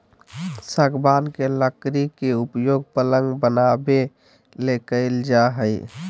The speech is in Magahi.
सागवान के लकड़ी के उपयोग पलंग बनाबे ले कईल जा हइ